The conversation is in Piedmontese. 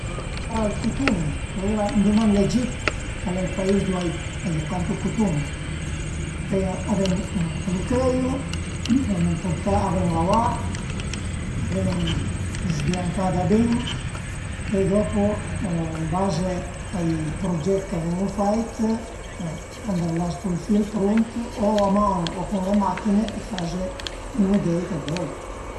Ël cutun, alura anduma ën l'Egit, al e ël pais ëndua a ie tantu cutun, pöi a ven a lu cöiu, a ven purtà, a ven lavà, a ven sbiancà dabin, pöi dopu ën baze ai pruget ch'a venu fait, cuandu l'astu ël fil prunt o a man o cun le machin-e faze i mudei che völe